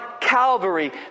Calvary